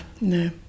no